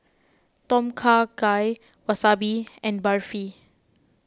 Tom Kha Gai Wasabi and Barfi